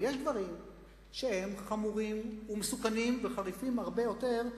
אבל יש דברים שהם חמורים ומסוכנים וחריפים הרבה יותר,